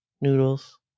noodles